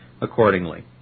Accordingly